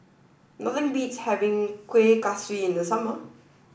nothing beats having Kuih Kaswi in the summer